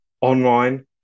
online